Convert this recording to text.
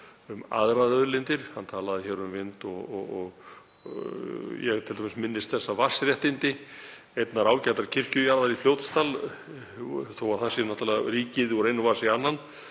um aðrar auðlindir. Hann talaði hér um vind og ég minnist þess t.d. að vatnsréttindi einnar ágætrar kirkjujarðar í Fljótsdal, þó að það sé náttúrlega ríkið úr einum vasa í annan,